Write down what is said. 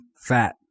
fat